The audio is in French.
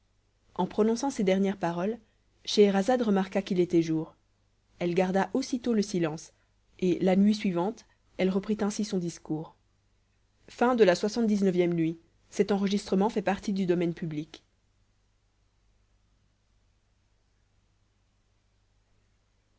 en prononçant ces dernières paroles scheherazade remarqua qu'il était jour elle garda aussitôt le silence et la nuit suivante elle reprit ainsi son discours lxxx nuit